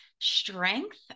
strength